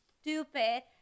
stupid